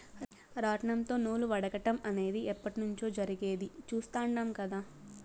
రాట్నంతో నూలు వడకటం అనేది ఎప్పట్నుంచో జరిగేది చుస్తాండం కదా